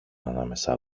ανάμεσα